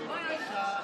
בושה.